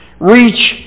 reach